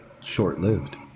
short-lived